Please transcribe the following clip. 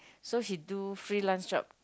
so he do freelance job